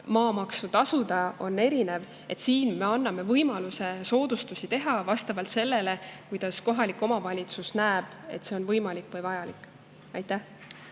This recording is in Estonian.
maamaksu tasuda on erinev. Siin me anname võimaluse soodustusi teha vastavalt sellele, kuidas kohalik omavalitsus näeb, et see on vajalik ja võimalik. Aitäh